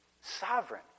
sovereign